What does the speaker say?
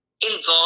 involved